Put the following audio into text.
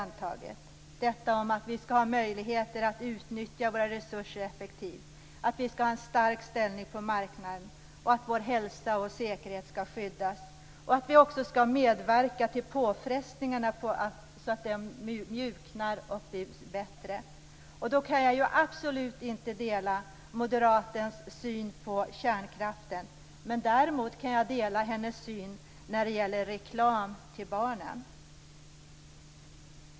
Det innebär att vi skall ha möjligheter att utnyttja våra resurser effektivt, vi skall ha en stark ställning på marknaden, att vår hälsa och säkerhet skall skyddas, vi skall medverka till att påfrestningarna blir mindre och bättre. Jag kan absolut inte dela moderatens uppfattning om kärnkraften. Däremot kan jag dela hennes uppfattning om reklam till barn.